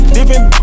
Different